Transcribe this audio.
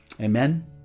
Amen